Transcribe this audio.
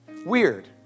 Weird